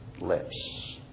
lips